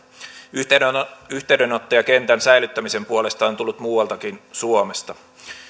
yhteydenottoja yhteydenottoja kentän säilyttämisen puolesta on tullut muualtakin suomesta